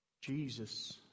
Jesus